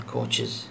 Coaches